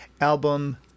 album